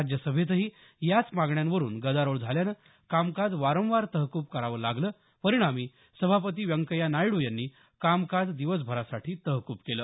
राज्यसभेतही याच मागण्यांवरून गदारोळ झाल्यानं कामकाज वारंवार तहकूब करावं लागलं परिणामी सभापती व्यंकय्या नायडू यांनी कामकाज दिवसभरासाठी तहकूब केलं